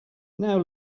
now